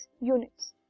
units